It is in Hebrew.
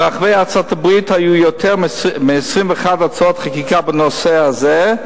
ברחבי ארצות-הברית היו יותר מ-21 הצעות חקיקה בנושא הזה,